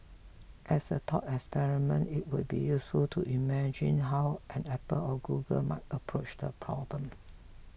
as a thought experiment it would be useful to imagine how an Apple or Google might approach the problem